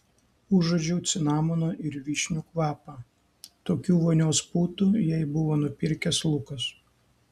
užuodžiau cinamono ir vyšnių kvapą tokių vonios putų jai buvo nupirkęs lukas